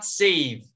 save